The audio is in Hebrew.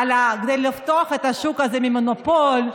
נגד לפתוח את השוק הזה מלהיות מונופול,